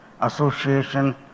Association